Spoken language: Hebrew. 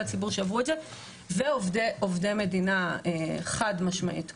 ציבור שעברו את זה ועובדי מדינה חד משמעית,